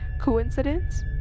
Coincidence